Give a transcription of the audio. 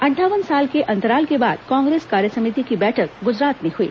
अंठावन साल के अंतराल के बाद कांग्रेस कार्यसमिति की बैठक गुजरात में हई